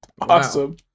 Awesome